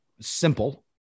simple